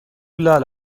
لال